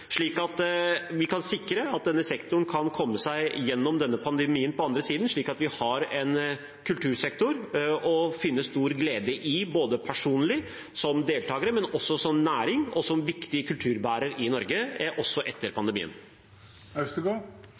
slik at vi kan sikre at denne sektoren kan komme seg gjennom denne pandemien, og at vi har en kultursektor å finne stor glede i, både personlig, som deltakere, og som næring og viktig kulturbærer i Norge, også etter